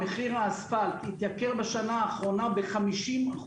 מחיר האספלט התייקר השנה האחרונה ב-50%,